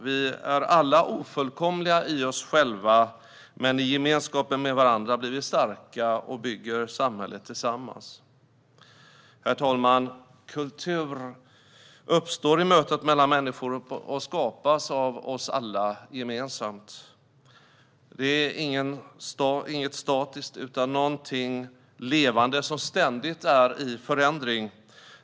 Vi är alla ofullkomliga i oss själva, men i gemenskaper med varandra blir vi starka och bygger samhället tillsammans. Herr talman! Kultur uppstår i mötet mellan människor och skapas av oss alla gemensamt. Det är inget statiskt utan någonting levande som ständigt är i förändring.